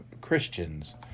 Christians